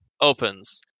opens